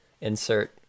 Insert